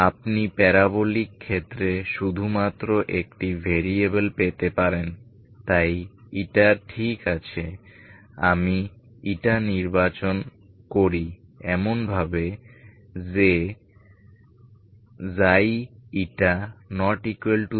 আপনি প্যারাবোলিক ক্ষেত্রে শুধুমাত্র একটি ভেরিয়েবল পেতে পারেন তা η ঠিক আছে আমি η নির্বাচন করি এমনভাবে Jξ≠0